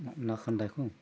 ना खान्दाखौ